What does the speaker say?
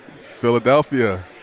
Philadelphia